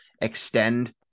extend